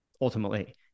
ultimately